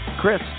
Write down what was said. Chris